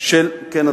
כן,